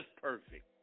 perfect